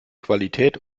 qualität